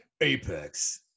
Apex